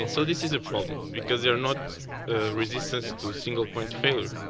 and so this is a problem. because they're not resistant to single-point failure.